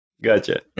Gotcha